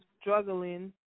struggling